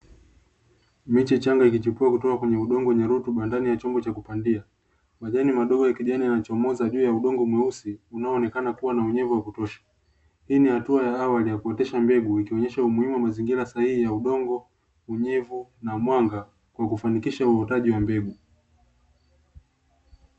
Miche ya changa ikichipua kutoka kwenye udongo wenye rutuba ndani ya chombo cha kupandia majani madogo ya kijani yanachomoza juu ya udongo mweusi unaonekana kuwa na unyevu wa kutosha hii ni hatua ya awali ya kuotesha mbegu ikionyesha umuhimu wa mazingira sahihi ya udongo unyevu na mwanga kwa kufanikisha uvutaji wa mbegu.